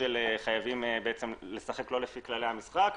ושחייבים לשחק לא לפי כללי המשחק.